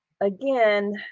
again